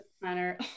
planner